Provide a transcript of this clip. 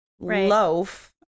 loaf